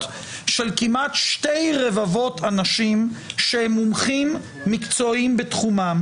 של כמעט שתי רבבות אנשים של מומחים מקצועיים בתחומם,